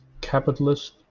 Capitalist